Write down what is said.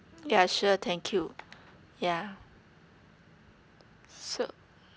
yeah sure thank you yeah so